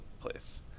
place